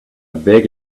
beg